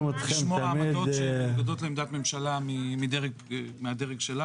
עמדות שהן מנוגדות לעמדת ממשלה מהדרג שלנו.